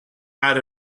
out